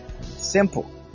Simple